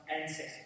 ancestors